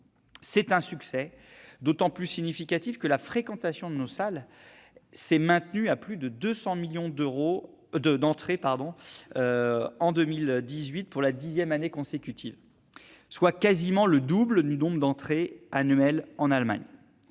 C'est un succès d'autant plus significatif que la fréquentation de nos salles de cinéma s'est maintenue à plus de 200 millions d'entrées, pour la dixième année consécutive, soit quasiment le double du nombre annuel d'entrées en Allemagne.